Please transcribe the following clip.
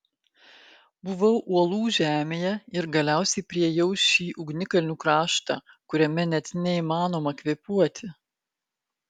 buvau uolų žemėje ir galiausiai priėjau šį ugnikalnių kraštą kuriame net neįmanoma kvėpuoti